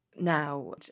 now